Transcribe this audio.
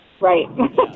right